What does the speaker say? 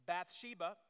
Bathsheba